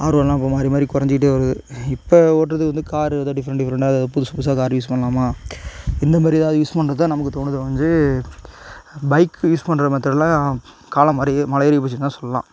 ஆர்வம்லாம் இப்போ மாறி மாறி குறஞ்சிக்கிட்டே வருது இப்போ ஓட்டுறது வந்து காரு ஏதோ டிஃப்ரண்ட் டிஃப்ரண்ட்டாக எதோ புதுசு புதுசாக காரு யூஸ் பண்ணலாமா இந்தமாதிரி ஏதாவது யூஸ் பண்ணுற தான் நமக்கு தோணுதே ஒழிஞ்சு பைக் யூஸ் பண்ணுற மெத்தட்லாம் காலம் மறி மலையேறி போச்சுன்னுதான் சொல்லாம்